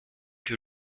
que